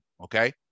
Okay